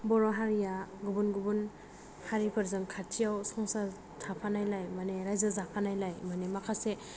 बर' हारिया गुबुन गुबुन हारिफोरजों खाथियाव संसार थाफानायलाय मानि रायजो जाफानायलाय मानि माखासे